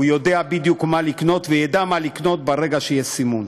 הוא יודע בדיוק מה לקנות וידע מה לקנות ברגע שיהיה סימון.